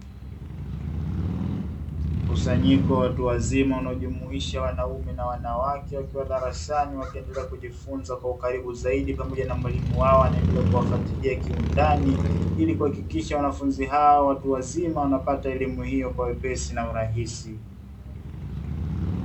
Mkusanyiko wa watu wazima unaojumuisha wanawake na wanaume, wakiwa darasani, wakiendelea kujifunza kwa ukaribu Zaidi, pamoja na mwalimu wao akiwafatilia kiu ndani, ili kuhakikisha wanafunzi hao, watu wazima, wanapata elimu hiyo kwa wepesi na urahisi.